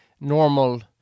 normal